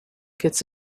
gets